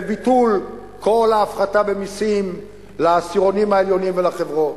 ולבטל את כל ההפחתה במסים לעשירונים העליונים ולחברות,